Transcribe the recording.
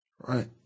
Right